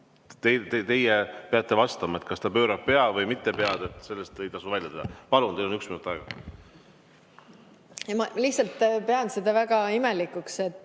teie peate vastama. Pöörab ta pead või mitte, sellest ei tasu välja teha. Palun, teil on üks minut aega. Ma lihtsalt pean seda väga imelikuks,